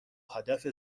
هدف